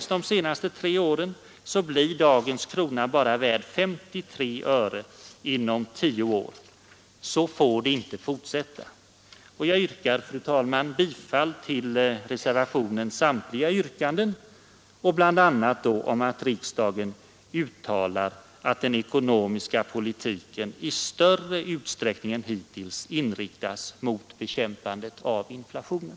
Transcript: Med de senaste tre årens inflationstakt blir dagens krona bara värd 53 öre inom tio år. Så får det inte fortsätta. Jag hemställer fru talman, om bifall till reservationens samtliga yrkanden, vari bl.a. ingår att riksdagen uttalar att den ekonomiska politiken i större utsträckning än hittills inriktas mot bekämpandet av inflationen.